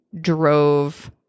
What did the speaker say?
drove